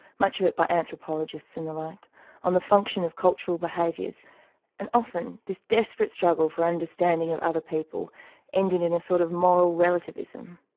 much of it by anthropologists and the like on the function of cultural behaviours and often this desperate struggle for understanding of other people ended in a sort of moral relativism.